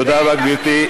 תודה רבה, גברתי.